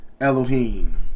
Elohim